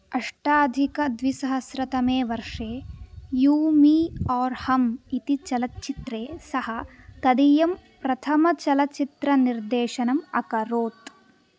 अष्टाधिकद्विसहस्रतमे वर्षे you me Aur Hum इति चलच्चित्रे सः तदीयं प्रथमचलच्चित्रनिर्देशनम् अकरोत्